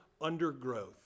Undergrowth